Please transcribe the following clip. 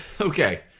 okay